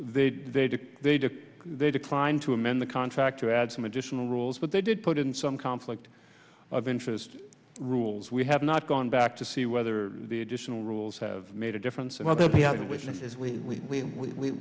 did they did they declined to amend the contract to add some additional rules but they did put in some conflict of interest rules we have not gone back to see whether the additional rules have made a difference well there be